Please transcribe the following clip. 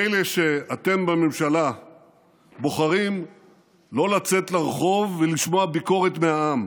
מילא שאתם בממשלה בוחרים לא לצאת לרחוב ולשמוע ביקורת מהעם,